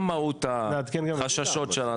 גם מהות החששות של הדיירים.